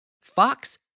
Fox